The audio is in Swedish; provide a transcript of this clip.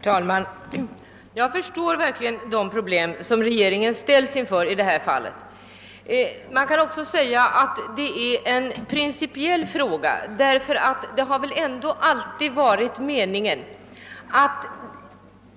Herr talman! Jag förstår verkligen att regeringen ställs inför problem i detta fall. Man kan också säga att det är en principiell fråga, ty det har väl ändå alltid varit meningen att